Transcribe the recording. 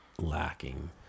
lacking